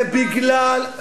זה בגלל,